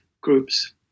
groups